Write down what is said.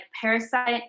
Parasite